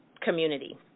community